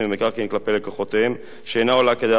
כלפי לקוחותיהם שאינה עולה כדי עבירה פלילית,